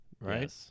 right